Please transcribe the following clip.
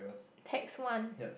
text one